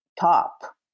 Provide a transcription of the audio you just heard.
top